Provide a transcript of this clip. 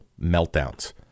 meltdowns